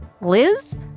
Liz